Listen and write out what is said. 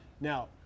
Now